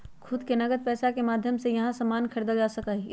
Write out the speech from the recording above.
खुद से नकद पैसा के माध्यम से यहां सामान खरीदल जा सका हई